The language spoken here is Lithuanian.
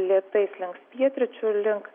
lėtai slinks pietryčių link